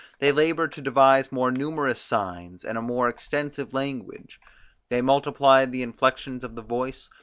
they laboured to devise more numerous signs, and a more extensive language they multiplied the inflections of the voice,